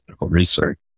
research